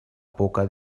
poca